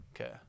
okay